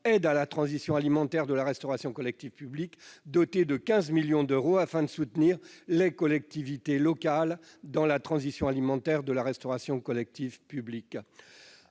Aide à la transition alimentaire de la restauration collective publique », doté de 15 millions d'euros, afin de soutenir les collectivités locales dans la transition alimentaire de la restauration collective publique.